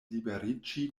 liberiĝi